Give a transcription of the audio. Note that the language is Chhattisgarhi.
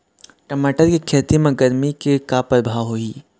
टमाटर के खेती म गरमी के का परभाव होही?